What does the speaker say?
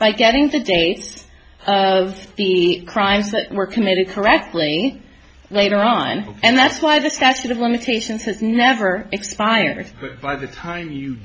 by getting the dates of the crimes that were committed correctly later on and that's why the statute of limitations has never expired by the time you